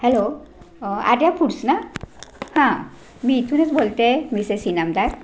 hello Arya foods ना हां मी इथूनच बोलते मिसेस इनामदार